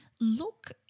look